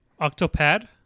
Octopad